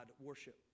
worship